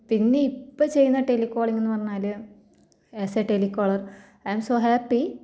പിന്നെ ഇപ്പം ചെയ്യുന്ന ടെലികോളിങ് എന്ന് പറഞ്ഞാൽ as a telecaller I am so happy